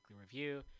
review